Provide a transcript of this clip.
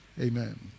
Amen